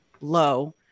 low